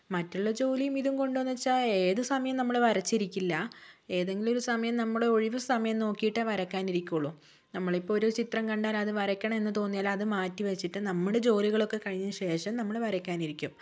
മറ്റുള്ള ജോലിയും ഇതും കൊണ്ടോന്നു വെച്ചാൽ ഏതു സമയവും നമ്മള് വരച്ചിരിക്കില്ല ഏതെങ്കിലും ഒരു സമയം നമ്മളൊഴിവ് സമയം നോക്കിയിട്ടേ വരയ്ക്കാനിരിക്കുള്ളൂ നമ്മളിപ്പം ഒരു ചിത്രം കണ്ടാലത് വരയ്ക്കണെന്ന് തോന്നിയാലത് മാറ്റി വെച്ചിട്ട് നമ്മുടെ ജോലികളൊക്കെ കഴഞ്ഞതിന് ശേഷം നമ്മള് വരയ്ക്കാനിരിക്കും